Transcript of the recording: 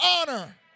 honor